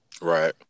right